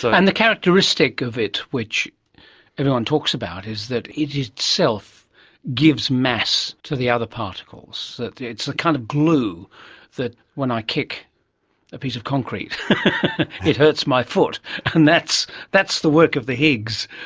so and the characteristic of it, which everyone talks about, is that it itself gives mass to the other particles, that it's the kind of glue that when i kick a piece of concrete it hurts my foot and that's that's the work of the higgs.